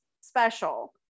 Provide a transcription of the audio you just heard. special